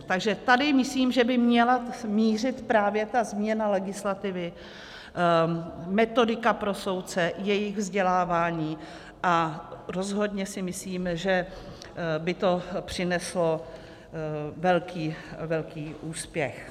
Takže tady myslím, že by měla mířit právě ta změna legislativy, metodika pro soudce, jejich vzdělávání, a rozhodně si myslím, že by to přineslo velký úspěch.